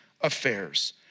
affairs